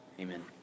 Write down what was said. Amen